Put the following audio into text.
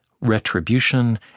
retribution